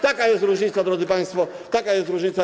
Taka jest różnica, drodzy państwo, taka jest różnica.